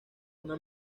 una